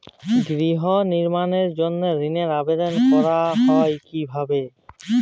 গৃহ নির্মাণের জন্য ঋণের আবেদন করা হয় কিভাবে?